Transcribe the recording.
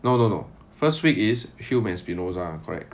no no no first week is hume and spinoza correct